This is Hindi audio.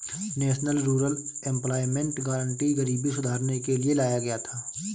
नेशनल रूरल एम्प्लॉयमेंट गारंटी गरीबी सुधारने के लिए लाया गया था